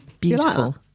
Beautiful